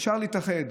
אפשר להתאחד,